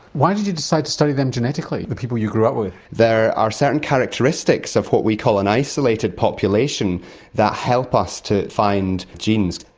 why did you decide to study them genetically, the people you grew up with? there are certain characteristics of what we call an isolated population that help us to find genes.